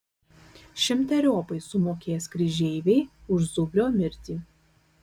šimteriopai sumokės kryžeiviai už zubrio mirtį